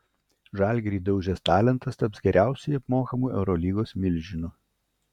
žalgirį daužęs talentas taps geriausiai apmokamu eurolygos milžinu